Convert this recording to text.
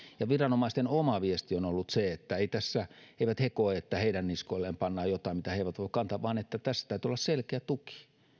viranomaisten oma viesti on ollut se että eivät he koe että heidän niskoilleen pannaan jotain mitä he eivät voi kantaa vaan että tässä täytyy olla selkeä tuki